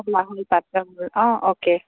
লাহোৱাল পাত্ৰ অঁ অ'কে